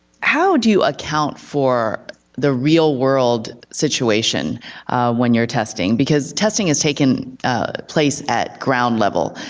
how do you account for the real world situation when you're testing, because testing has taken place at ground level,